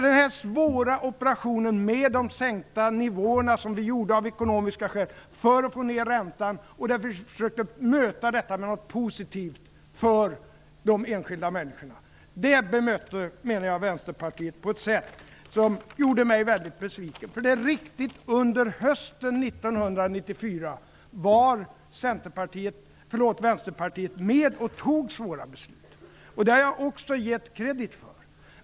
Den svåra operation med de sänkta nivåerna som vi gjorde av ekonomiska skäl för att få ned räntan, för att göra något positivt för de enskilda människorna, bemötte Gudrun Schyman på ett sätt som gjorde mig besviken. Under hösten 1994 var Vänsterpartiet med om att ta svåra beslut. Det har jag också gett dem credit för.